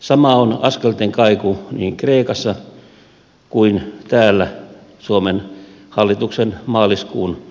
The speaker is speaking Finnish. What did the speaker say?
sama on askelten kaiku niin kreikassa kuin täällä suomen hallituksen maaliskuun